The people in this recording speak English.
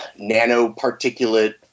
nanoparticulate